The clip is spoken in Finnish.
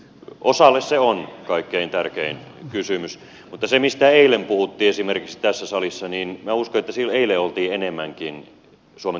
osalle se on kaikkein tärkein kysymys mutta uskon että sen suhteen mistä eilen puhuttiin esimerkiksi tässä salissa oltiin enemmänkin suomen tulevaisuuden lähteillä